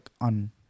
on